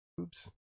Oops